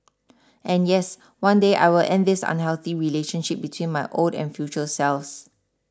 and yes one day I will end this unhealthy relationship between my old and future selves